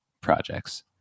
projects